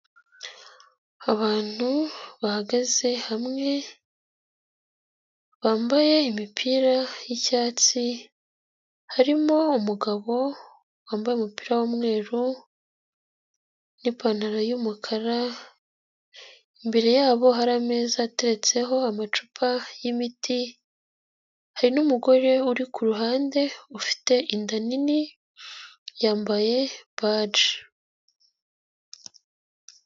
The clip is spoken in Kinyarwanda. Abantu bahagaze hamwe, bambaye imipira y'icyatsi, harimo umugabo wambaye umupira w'umweru n'ipantaro y'umukara, imbere yabo hari ameza atetseho amacupa y'imiti, hari n'umugore uri kuruhande, ufite inda nini, yambaye baji.